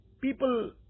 People